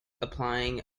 applying